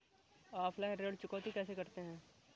Offline ऋण चुकौती कैसे करते हैं?